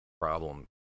problem